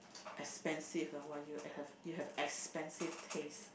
expensive ah !wah! you have a you have expensive taste